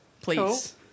Please